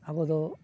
ᱟᱵᱚ ᱫᱚ